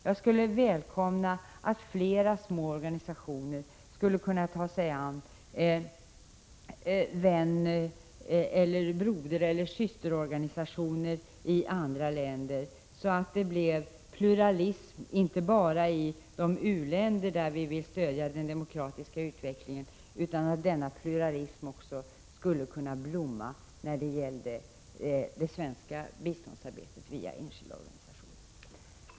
Jag skulle välkomna att flera små organisationer kunde ta sig an vän-, brodereller systerorganisationer i andra länder, så att det inte bara blev pluralism i de u-länder där vi vill stödja den demokratiska utvecklingen utan att denna pluralism skulle kunna blomma också när det gäller det svenska biståndsarbetet via enskilda organisationer.